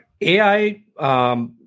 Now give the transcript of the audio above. AI